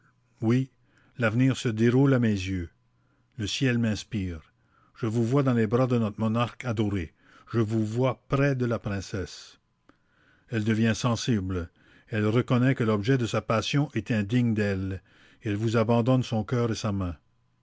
oui l'avenir se déroule à mes yeux le ciel m'inspire je vous vois dans les bras de notre monarque adoré je vous vois près de la princesse elle devient sensible elle reconnaît que l'objet de sa passion est indigne d'elle et elle vous abandonne son coeur et sa main